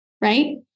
right